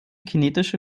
kinetische